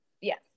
Yes